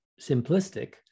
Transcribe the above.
simplistic